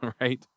right